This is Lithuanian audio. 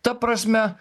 ta prasme